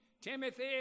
Timothy